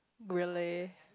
really